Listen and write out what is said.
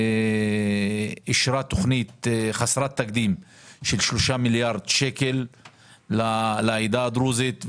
אישרה תכנית חסרת תקדים של 3 מיליארד שקלים לעדה הדרוזית.